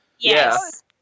Yes